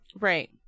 Right